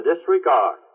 disregard